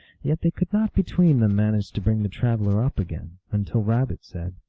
yet they could not between them manage to bring the traveler up again, until rabbit said,